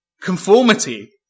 Conformity